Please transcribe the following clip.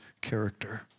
character